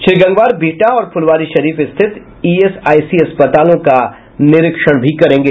श्री गंगवार बिहटा और फुलवारीशरीफ स्थित ईएसआईसी अस्पतालों का निरीक्षण भी करेंगे